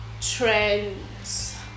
trends